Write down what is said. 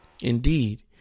Indeed